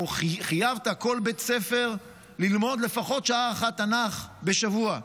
או חייבת כל בית ספר ללמוד לפחות שעה אחת תנ"ך בשבוע.